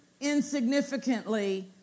insignificantly